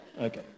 Okay